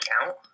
account